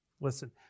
Listen